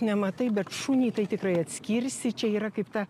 nematai bet šunį tai tikrai atskirsi čia yra kaip ta